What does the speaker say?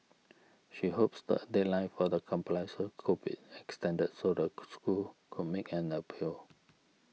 she hopes the deadline for the compliance could be extended so the school could make an appeal